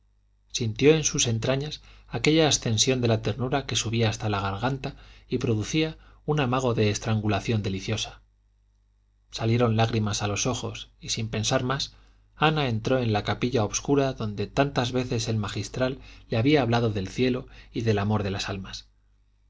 sintió en sus entrañas aquella ascensión de la ternura que subía hasta la garganta y producía un amago de estrangulación deliciosa salieron lágrimas a los ojos y sin pensar más ana entró en la capilla obscura donde tantas veces el magistral le había hablado del cielo y del amor de las almas